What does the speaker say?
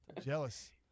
Jealous